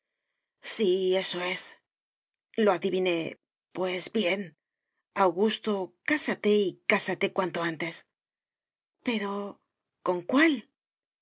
sí eso es lo adiviné pues bien augusto cásate y cásate cuanto antes pero con cuál